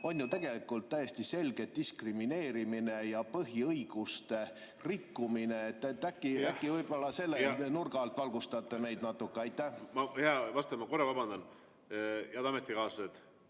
on ju tegelikult täiesti selge diskrimineerimine ja põhiõiguste rikkumine. Äkki selle nurga alt valgustate meid natuke. Hea vastaja, ma korra vabandan! Head ametikaaslased,